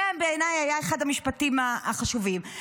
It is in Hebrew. זה בעיניי היה אחד המשפטים החשובים.